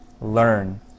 learn